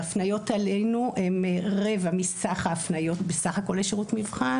ההפניות אלינו הן רבע מסך ההפניות בסך הכול לשירות מבחן.